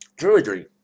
druidry